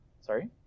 Sorry